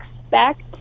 expect